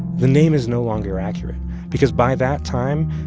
the name is no longer accurate because by that time,